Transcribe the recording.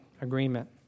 agreement